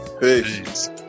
Peace